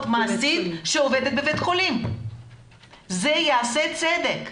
מעשית שעובדת בבית חולים - זה יעשה צדק.